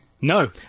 No